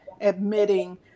admitting